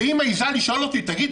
והיא מעזה לשאול אותי: תגיד,